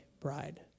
bride